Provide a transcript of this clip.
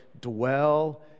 dwell